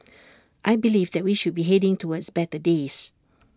I believe that we should be heading towards better days